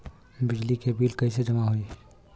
बिजली के बिल कैसे जमा होला?